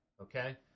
Okay